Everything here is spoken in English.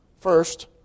first